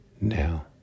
now